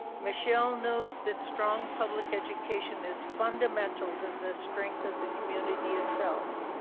michelle knows the strong public education is fundamental to the strength of the community itself.